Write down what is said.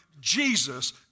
Jesus